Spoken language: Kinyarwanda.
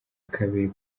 kabiri